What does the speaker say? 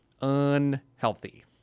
unhealthy